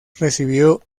recibió